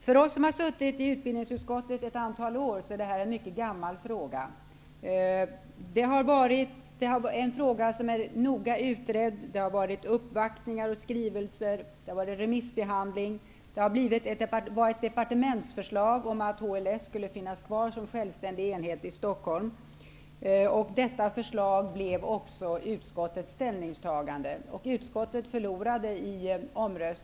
Fru talman! För oss som har suttit i utbildningsutskottet ett antal år är det här en mycket gammal fråga. Det är en fråga som är noga utredd; det har varit uppvaktningar, skrivelser och remissbehandling. Det fanns ett departementsförslag om att HLS skulle finnas kvar som självständig enhet i Stockholm, och detta förslag blev också utskottets ställningstagande.